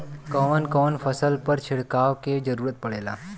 कवन कवन फसल पर छिड़काव के जरूरत पड़ेला?